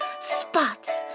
spots